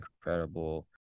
incredible